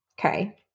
Okay